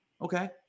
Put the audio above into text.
Okay